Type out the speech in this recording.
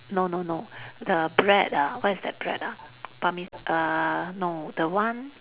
no no the bread ah what is the bread ah err no the one